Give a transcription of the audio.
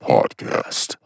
Podcast